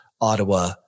Ottawa